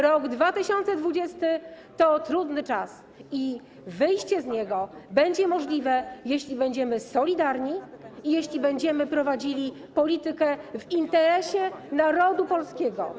Rok 2020 to trudny czas i wyjście z niego będzie możliwe, jeśli będziemy solidarni i jeśli będziemy prowadzili politykę w interesie narodu polskiego.